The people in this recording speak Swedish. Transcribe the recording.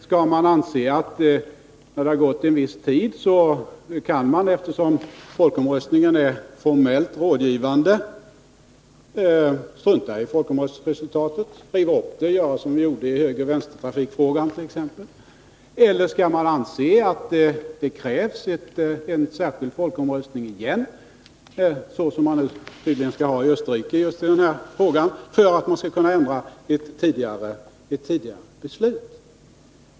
Skall vi anse att man när det gått en viss tid kan — eftersom folkomröstningen formellt är rådgivande — strunta i resultatet, riva upp det och göra som vi gjorde t.ex. i högertrafikfrågan? Eller skall vi anse att det krävs en särskild folkomröstning igen för att man skall kunna ändra tidigare beslut?